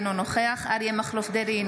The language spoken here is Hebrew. אינו נוכח אריה מכלוף דרעי,